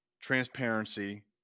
transparency